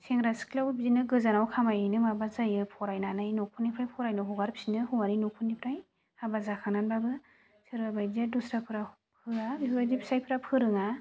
सेंग्रा सिख्लायावबो बिदिनो गोजानाव खामाय हैनो माबा जायो फरायनानै न'खरनिफ्राय फरायनो हगारफिनो हौवानि न'खरनिफ्राय हाबा जाखांनानैबाबो सोरबा बायदिया दुस्राफोराव होआ बेफोर बायदि फिसाइफोरा फोरोङा